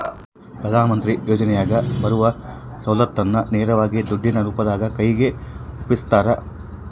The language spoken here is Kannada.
ಪ್ರಧಾನ ಮಂತ್ರಿ ಯೋಜನೆಯಾಗ ಬರುವ ಸೌಲತ್ತನ್ನ ನೇರವಾಗಿ ದುಡ್ಡಿನ ರೂಪದಾಗ ಕೈಗೆ ಒಪ್ಪಿಸ್ತಾರ?